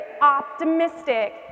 optimistic